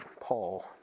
Paul